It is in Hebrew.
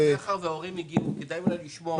מאחר שההורים הגיעו, כדאי אולי לשמוע אותם.